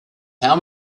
how